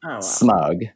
Smug